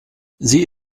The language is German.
sie